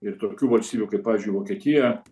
ir tokių valstybių kaip pavyzdžiui vokietija